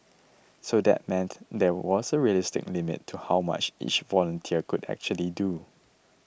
so that meant there was a realistic limit to how much each volunteer could actually do